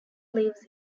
lives